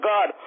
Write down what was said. God